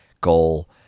goal